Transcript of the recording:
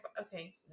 Okay